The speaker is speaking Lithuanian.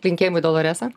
linkėjimai doloresa